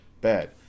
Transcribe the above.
bad